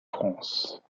france